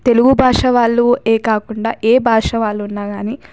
తెలుగు భాష వాళ్ళే కాకుండా ఏ భాష వాళ్ళు ఉన్నా కానీ